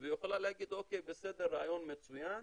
והיא יכולה להגיד אוקיי, בסדר, רעיון מצוין,